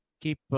keep, –